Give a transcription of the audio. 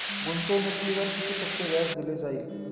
गुंतवणुकीवर किती टक्के व्याज दिले जाईल?